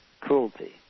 cruelty